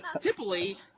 typically